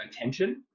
attention